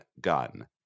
gun